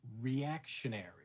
reactionary